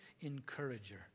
encourager